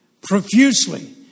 profusely